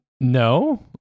no